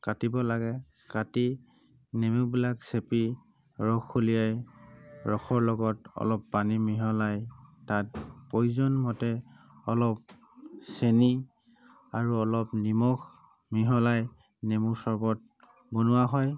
কাটিব লাগে কাটি নেমুবিলাক চেপি ৰস ওলিয়াই ৰসৰ লগত অলপ পানী মিহলাই তাত প্ৰয়োজন মতে অলপ চেনি আৰু অলপ নিমখ মিহলাই নেমু চৰ্বত বনোৱা হয়